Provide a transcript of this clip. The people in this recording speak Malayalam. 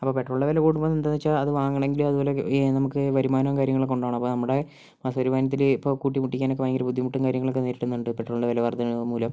അപ്പോൾ പെട്രോളിൻ്റെ വില കൂടുമ്പോൾ എന്താണെന്നു വച്ചാൽ അത് വാങ്ങണമെങ്കില് അതുപോലെ നമുക്ക് വരുമാനവും കാര്യങ്ങളൊക്കെ ഉണ്ടാകണം അപ്പോൾ നമ്മുടെ മാസവരുമാനത്തിൽ ഇപ്പോൾ കൂട്ടിമുട്ടിക്കാൻ ഒക്കെ ഭയങ്കര ബുദ്ധിമുട്ടും കാര്യങ്ങളൊക്കെ നേരിടുന്നുണ്ട് പെട്രോളിൻ്റെ വില വർധനവു മൂലം